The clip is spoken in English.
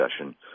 session